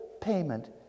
payment